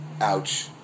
ouch